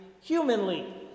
humanly